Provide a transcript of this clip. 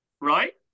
Right